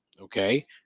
Okay